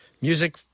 music